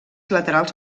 laterals